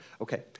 okay